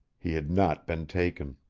he had not been taken.